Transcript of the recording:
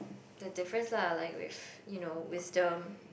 there're difference lah like with you know wisdom